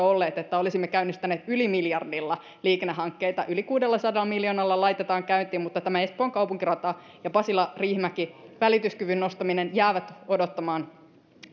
olleet että olisimme käynnistäneet yli miljardilla liikennehankkeita yli kuudellasadalla miljoonalla laitetaan niitä käyntiin mutta espoon kaupunkirata ja pasila riihimäki välin välityskyvyn nostaminen jäävät odottamaan